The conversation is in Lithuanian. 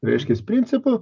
reiškias principu